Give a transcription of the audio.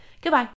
Goodbye